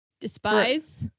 Despise